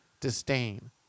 disdain